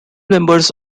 members